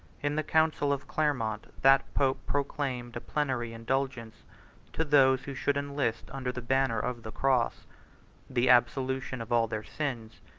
in the council of clermont, that pope proclaimed a plenary indulgence to those who should enlist under the banner of the cross the absolution of all their sins,